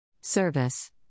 Service